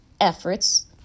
efforts